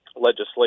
legislation